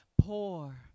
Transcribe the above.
poor